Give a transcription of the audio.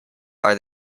are